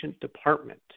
department